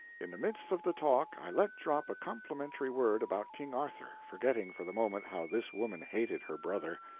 in the midst of the talk i let drop a complimentary word about king arthur, forgetting for the moment how this woman hated her brother.